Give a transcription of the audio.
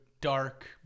dark